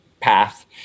path